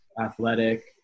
athletic